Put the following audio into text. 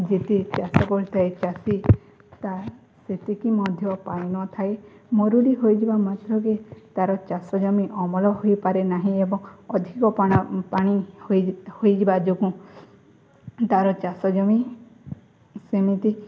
ଯେତେ ଚାଷ କରିଥାଏ ଚାଷୀ ସେତିକି ମଧ୍ୟ ପାଣି ନଥାଏ ମରୁଡ଼ି ହୋଇଯିବା ମାତ୍ରକେ ତାର ଚାଷ ଜମି ଅମଳ ହୋଇପାରେ ନାହିଁ ଏବଂ ଅଧିକ ପାଣା ପାଣି ହୋଇଯିବା ଯୋଗୁଁ ତାର ଚାଷ ଜମି ସେମିତି